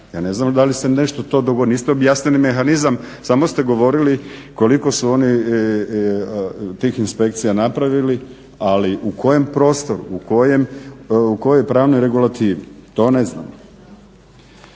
Ja ne znam da li se nešto to, niste objasnili mehanizam, samo ste govorili koliko su oni tih inspekcija napravili, ali u kojem prostoru u kojoj pravnoj regulativi. To ne znamo.